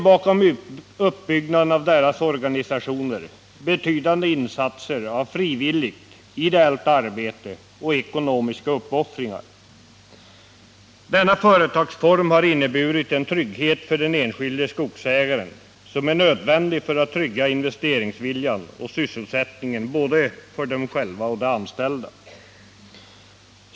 Bakom uppbyggnaden av deras organisationer ligger betydande insatser genom frivilligt ideellt arbete och ekonomiska uppoffringar. Denna företagsform har inneburit en trygghet för den enskilde skogsägaren, som är nödvändig för att trygga både investeringsviljan och sysselsättningen för skogsägarna själva och de anställda.